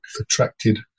attracted